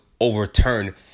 overturn